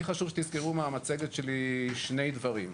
לי חשוב שתזכרו מהמצגת שלי שני דברים: